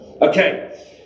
Okay